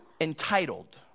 Entitled